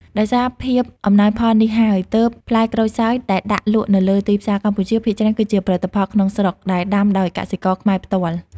ដោយសារភាពអំណោយផលនេះហើយ ទើបផ្លែក្រូចសើចដែលដាក់លក់នៅលើទីផ្សារកម្ពុជា ភាគច្រើនគឺជាផលិតផលក្នុងស្រុក ដែលដាំដោយកសិករខ្មែរផ្ទាល់។